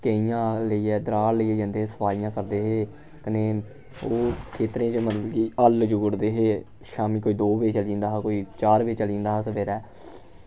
केहियां लेइयै दराट लेइयै जंदे हे सफाइयां करदे हे कन्नै ओह् खेत्तरें च मतलब कि हल्ल जुगड़दे हे शाम्मीं कोई दो बज़े चली जंदा हा कोई चार बज़े चली जंदा हा सवेरै